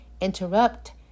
interrupt